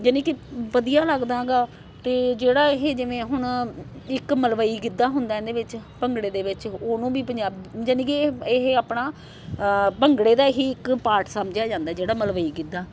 ਯਾਨੀ ਕਿ ਵਧੀਆ ਲੱਗਦਾ ਗਾ ਅਤੇ ਜਿਹੜਾ ਇਹ ਜਿਵੇਂ ਹੁਣ ਇੱਕ ਮਲਵਈ ਗਿੱਧਾ ਹੁੰਦਾ ਇਹਦੇ ਵਿੱਚ ਭੰਗੜੇ ਦੇ ਵਿੱਚ ਉਹਨੂੰ ਵੀ ਪੰਜਾਬ ਯਾਨੀ ਕਿ ਇਹ ਇਹ ਆਪਣਾ ਭੰਗੜੇ ਦਾ ਹੀ ਇੱਕ ਪਾਰਟ ਸਮਝਿਆ ਜਾਂਦਾ ਜਿਹੜਾ ਮਲਵਈ ਗਿੱਧਾ